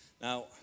Now